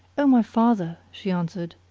o my father, she answered,